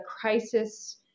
crisis